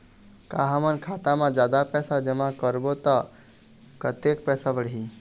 का हमन खाता मा जादा पैसा जमा करबो ता कतेक पैसा बढ़ही?